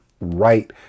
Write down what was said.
right